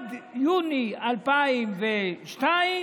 ועד יוני 2022,